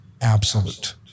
absolute